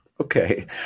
Okay